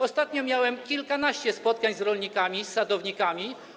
Ostatnio miałem kilkanaście spotkań z rolnikami, z sadownikami.